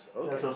okay